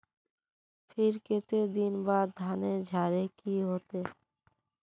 फिर केते दिन बाद धानेर झाड़े के होते?